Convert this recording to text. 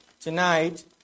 tonight